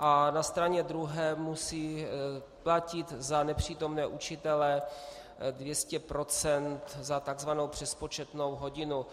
A na straně druhé musí platit za nepřítomné učitele dvě stě procent za tzv. přespočetnou hodinu.